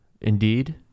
indeed